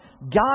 God